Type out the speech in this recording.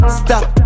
stop